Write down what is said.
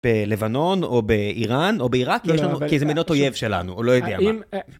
בלבנון, או באיראן, או בעיראק, כי יש לנו כי זה מדינות אויב שלנו, או לא יודע מה. האם אה...